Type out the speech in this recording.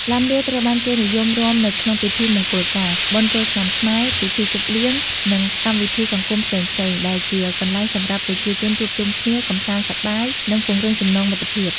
ឡាំលាវត្រូវបានគេនិយមរាំនៅក្នុងពិធីមង្គលការ បុណ្យចូលឆ្នាំខ្មែរ ពិធីជប់លៀង និងកម្មវិធីសង្គមផ្សេងៗ ដែលជាកន្លែងសម្រាប់ប្រជាជនជួបជុំគ្នា កម្សាន្តសប្បាយ និងពង្រឹងចំណងមិត្តភាព។